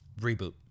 reboot